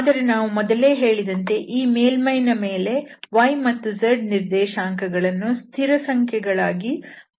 ಆದರೆ ನಾವು ಮೊದಲೇ ಹೇಳಿದಂತೆ ಈ ಮೇಲ್ಮೈನ ಮೇಲೆ y ಮತ್ತು z ನಿರ್ದೇಶಾಂಕಗಳನ್ನು ಸ್ಥಿರಸಂಖ್ಯೆಗಳಾಗಿ ಅಂದಾಜಿಸಿದ್ದೇವೆ